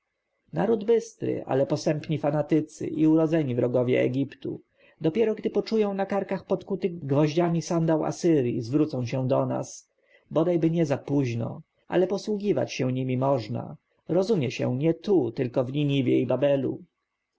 naród bystry ale posępni fanatycy i urodzeni wrogowie egiptu dopiero gdy poczują na karkach podkuty gwoździami sandał asyrji zwrócą się do nas bodajby nie za późno ale posługiwać się nimi można rozumie się nie tu tylko w niniwie i babelu